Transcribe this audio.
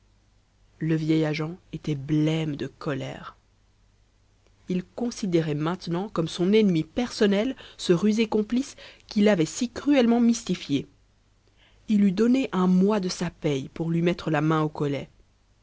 le vieil agent était blême de colère il considérait maintenant comme son ennemi personnel ce rusé complice qui l'avait si cruellement mystifié il eût donné un mois de sa paye pour lui mettre la main au collet